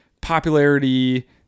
popularity